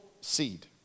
seed